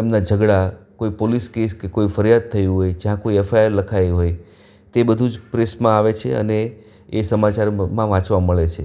એમના ઝઘડા કોઈ પોલીસ કેસ કે કોઈ ફરિયાદ થઈ હોય જ્યાં કોઈ એફઆઈઆર લખાઈ હોય તે બધું જ પ્રેસમાં આવે છે અને એ એ સમાચારમાં વાંચવા મળે છે